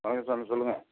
வணக்கம் சார் சொல்லுங்கள்